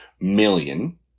million